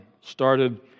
started